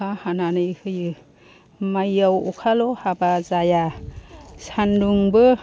अखा हानानै होयो माइयाव अखाल' हाबा जाया सानदुंबो